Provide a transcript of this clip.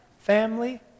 family